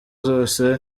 zose